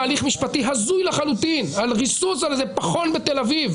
הליך משפטי הזוי לחלוטין על ריסוס על איזה פחון בתל אביב,